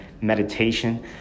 meditation